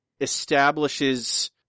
establishes